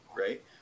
right